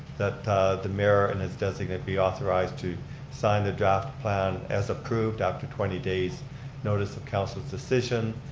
that the mayor and his designate be authorized to sign the draft plan as approved after twenty days notice of council's decision,